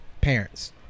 Parents